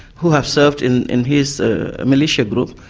who have served in in his militia group,